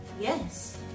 yes